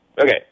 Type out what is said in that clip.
Okay